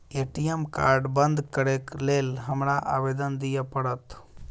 ATM card बंद करैक लेल हमरा आवेदन दिय पड़त?